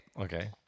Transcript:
okay